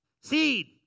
seed